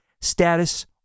status